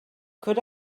could